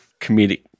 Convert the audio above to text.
comedic